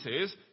says